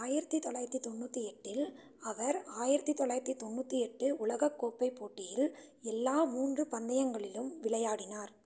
ஆயிரத்தி தொள்ளாயிரத்தி தொண்ணூற்றி எட்டில் அவர் ஆயிரத்தி தொள்ளாயிரத்தி தொண்ணூற்றி எட்டு உலகக்கோப்பைப் போட்டியில் எல்லா மூன்று பந்தயங்களிலும் விளையாடினார்